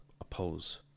oppose